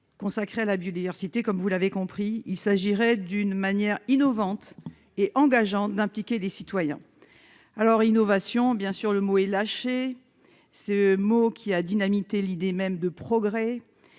consacré à la biodiversité, comme vous l'avez compris, il s'agirait d'une manière innovante et engageante d'impliquer les citoyens alors innovation bien sûr, le mot est lâché ce mot qui a dynamité l'idée même de progrès